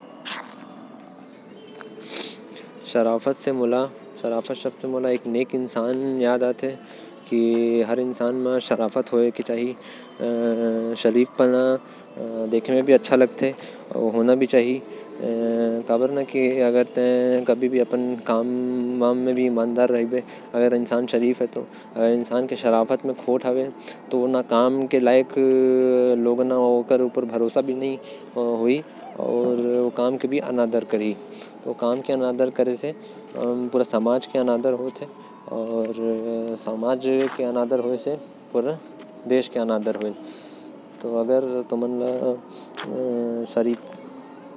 शराफत से मोला एक नेक इंसान के याद आथे। काबर की एक नेक इंसान देखे में भी अच्छा लगेल। और ओकर इज्जत भी होथे। अपन काम के इज्जत भी ओ करेल जेकर। वजह से ओके देश के भी इज्जत मिलेल।